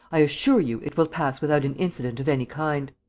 i assure you, it will pass without an incident of any kind.